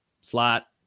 slot